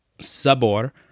Sabor